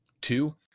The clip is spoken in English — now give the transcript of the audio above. Two